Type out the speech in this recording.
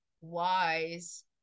wise